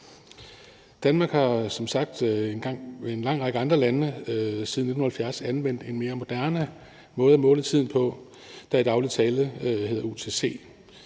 sagt som en lang række andre lande siden 1970 anvendt en mere moderne måde at måle tiden på, der i daglig tale hedder UTC.